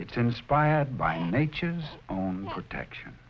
it's inspired by nature's own protection